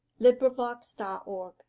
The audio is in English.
LibriVox.org